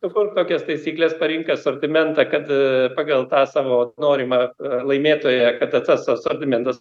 sukurk tokias taisykles parink asortimentą kad pagal tą savo norimą laimėtoją kad tas asortimentas